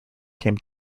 came